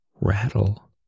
rattle